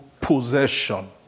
possession